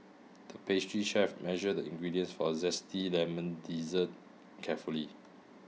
the pastry chef measured the ingredients for a zesty lemon dessert carefully